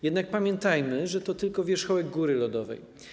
Jednak pamiętajmy, że to tylko wierzchołek góry lodowej.